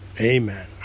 Amen